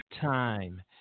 time